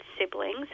siblings